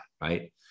right